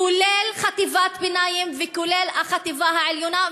כולל חטיבת ביניים וכולל החטיבה העליונה.